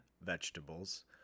vegetables –